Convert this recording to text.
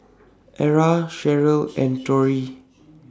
Era Cheryll and Torrie